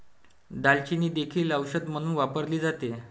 दालचिनी देखील औषध म्हणून वापरली जाते